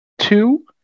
two